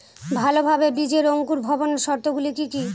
ভালোভাবে বীজের অঙ্কুর ভবনের শর্ত গুলি কি কি?